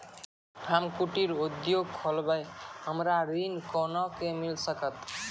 हम्मे कुटीर उद्योग खोलबै हमरा ऋण कोना के मिल सकत?